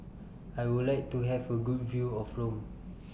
I Would like to Have A Good View of Rome